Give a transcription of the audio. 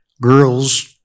Girls